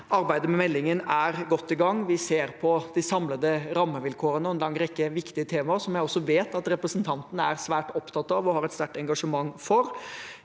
Arbeidet med meldingen er godt i gang. Vi ser på de samlede rammevilkårene og en lang rekke viktige temaer som jeg også vet at representanten er svært opptatt av og har et sterkt engasjement for.